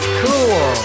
cool